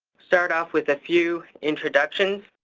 start off with a few introductions.